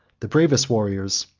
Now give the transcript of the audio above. the bravest warriors,